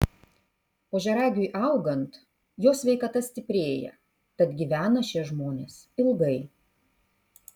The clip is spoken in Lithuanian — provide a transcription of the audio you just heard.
ožiaragiui augant jo sveikata stiprėja tad gyvena šie žmonės ilgai